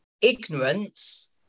ignorance